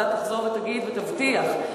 ואתה תחזור ותגיד ותבטיח,